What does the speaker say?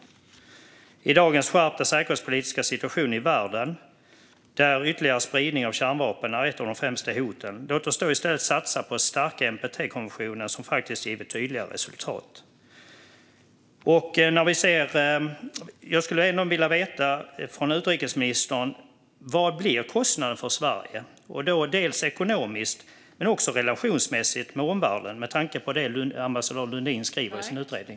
Låt oss i dagens skärpta säkerhetspolitiska situation i världen, där ytterligare spridning av kärnvapen är ett av de främsta hoten, i stället satsa på att stärka NPT-konventionen, som faktiskt givit tydliga resultat! Jag skulle vilja veta av utrikesministern vad kostnaden blir för Sverige, inte bara ekonomiskt utan också relationsmässigt med omvärlden med tanke på vad ambassadör Lundin skriver i sin utredning.